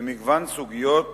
במגוון סוגיות